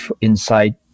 inside